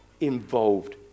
involved